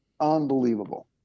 Unbelievable